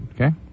okay